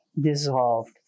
dissolved